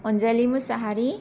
Anjali Mushahary